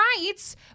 rights